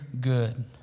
good